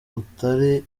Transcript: utari